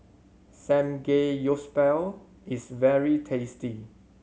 Samgeyopsal is very tasty